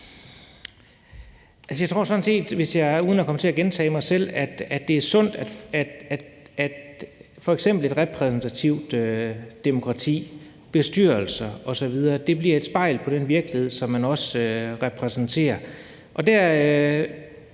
jeg tror sådan set – uden at komme til at gentage mig selv – at det er sundt, at f.eks. et repræsentativt demokrati i bestyrelser osv. bliver et spejl på den virkelighed, som man repræsenterer.